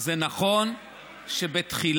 זה נכון שבתחילה